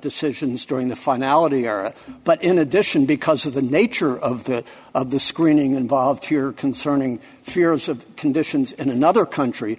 decisions during the finality era but in addition because the nature of the of the screening involved here concerning fears of conditions in another country